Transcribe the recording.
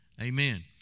Amen